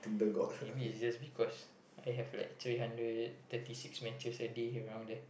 maybe it's just because I have like three hundred thirty six matches a day around there